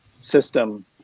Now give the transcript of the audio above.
system